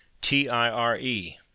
T-I-R-E